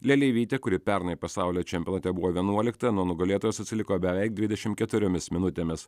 leleivytė kuri pernai pasaulio čempionate buvo vienuolikta nuo nugalėtojos atsiliko beveik dvidešim keturiomis minutėmis